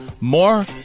more